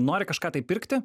nori kažką tai pirkti